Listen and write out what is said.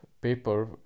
paper